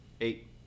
Eight